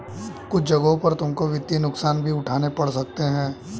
कुछ जगहों पर तुमको वित्तीय नुकसान भी उठाने पड़ सकते हैं